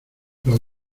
los